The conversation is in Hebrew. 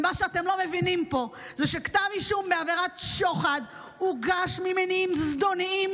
ומה שאתם לא מבינים פה זה שכתב אישום בעבירת שוחד הוגש ממניעים זדוניים,